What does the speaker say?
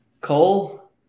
Cole